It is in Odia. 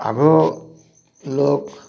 ଆଗ୍ରୁ ଲୋକ୍